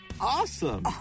awesome